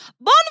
Bon